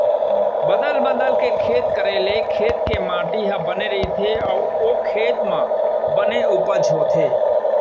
बदल बदल के खेत करे ले खेत के माटी ह बने रइथे अउ ओ खेत म बने उपज होथे